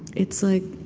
it's like,